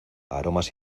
aromas